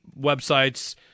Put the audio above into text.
websites